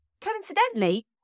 Coincidentally